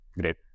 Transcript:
Great